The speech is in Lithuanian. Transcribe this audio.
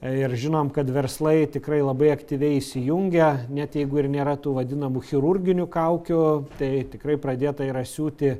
ir žinom kad verslai tikrai labai aktyviai įsijungia net jeigu ir nėra tų vadinamų chirurginių kaukių tai tikrai pradėta yra siūti